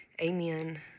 Amen